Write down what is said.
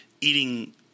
eating